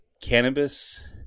Cannabis